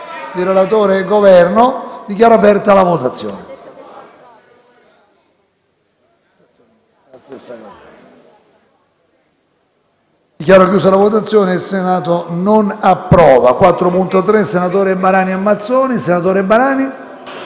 dai senatori Barani e Mazzoni.